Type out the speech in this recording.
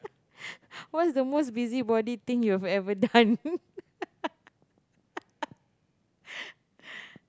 what's the most busybody thing you've ever done